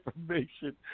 information